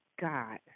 God